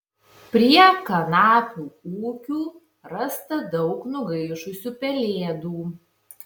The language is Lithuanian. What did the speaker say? prie kanapių ūkių rasta daug nugaišusių pelėdų